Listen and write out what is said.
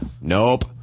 Nope